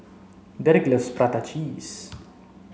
Derrick loves prata cheese